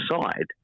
side